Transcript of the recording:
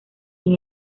sin